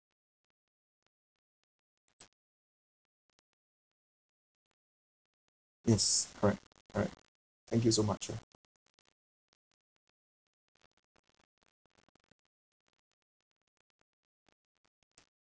yes correct alright thank you so much ah